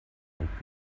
und